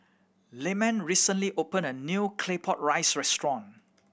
Lyman recently opened a new Claypot Rice restaurant